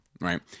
Right